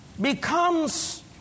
Becomes